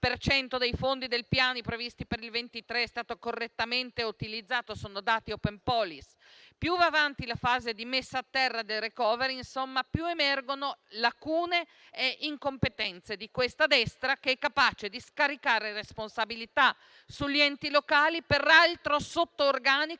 per cento dei fondi del Piano previsti per il 2023 è stato correttamente utilizzato (sono dati Openpolis). Più va avanti la fase di messa a terra del *recovery*, più emergono lacune e incompetenze di questa destra che è capace di scaricare responsabilità sugli enti locali, peraltro sotto organico